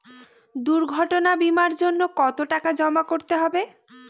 দুর্ঘটনা বিমার জন্য কত টাকা জমা করতে হবে?